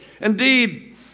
Indeed